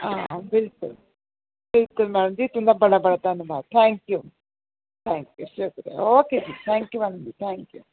हां बिल्कुल मैडम जी तुं'दा बड़ा बड़ा धन्नबाद thank you okay madam ji thank you ji thank you